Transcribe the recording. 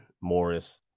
Morris